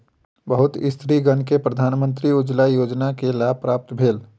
बहुत स्त्रीगण के प्रधानमंत्री उज्ज्वला योजना के लाभ प्राप्त भेल